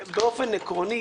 באופן עקרוני,